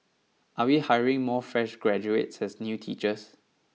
are we hiring more fresh graduates as new teachers